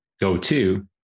go-to